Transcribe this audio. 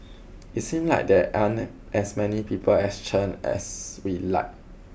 it seem like there aren't as many people as Chen as we'd like